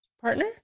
partner